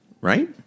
Right